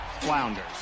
flounders